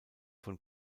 von